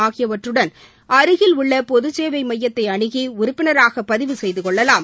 ஆகியவற்றுடன் அருகில் உள்ள பொது சேவை மையத்தை அணுகி உறுப்பினராக பதிவு செய்துகொள்ளலாம்